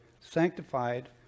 sanctified